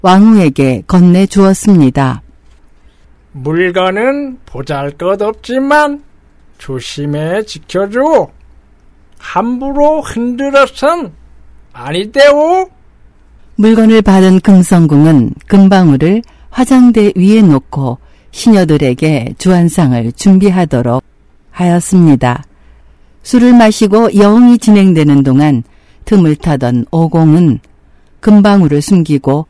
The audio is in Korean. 왕후에게 건네주었습니다. 물건은 보잘것없지만 조심해 지켜줘. 함부로 흔들어선 아니대오. 물건을 받은 금성궁은 금방울을 화장대 위에 놓고 시녀들에게 주안상을 준비하도록 하였습니다. 술을 마시고 여흥이 진행되는 동안 틈을 타던 오공은 금방울을 숨기고